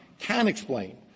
can explain,